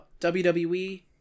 WWE